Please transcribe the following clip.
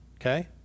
Okay